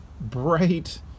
bright